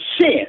sin